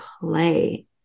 play